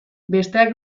besteak